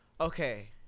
Okay